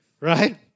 Right